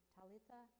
Talitha